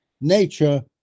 nature